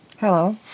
Hello